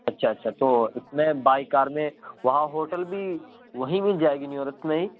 اچھا اچھا تو اس میں بائی کار میں وہاں ہوٹل بھی وہیں مل جائے گی نیئرسٹ میں ہی